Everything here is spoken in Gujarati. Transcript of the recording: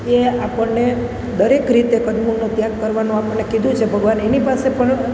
એ આપણને દરેક રીતે કંદમૂળનો ત્યાગ કરવાનો આપણને કીધું છે ભગવાને એની પાસે પણ